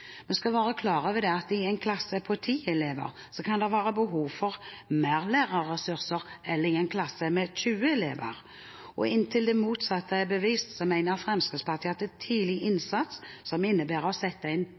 skal være klar over at i en klasse med 10 elever kan det være behov for mer lærerressurser enn i en klasse med 20 elever. Og inntil det motsatte er bevist, mener Fremskrittspartiet at tidlig innsats som innebærer å sette inn